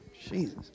Jesus